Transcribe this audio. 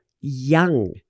young